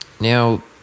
now